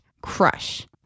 crush